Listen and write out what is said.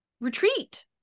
retreat